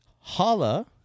Holla